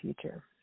future